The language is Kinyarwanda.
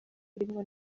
birimwo